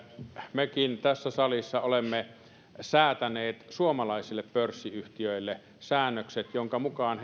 mekin tässä salissa olemme säätäneet suomalaisille pörssiyhtiöille säännökset joiden mukaan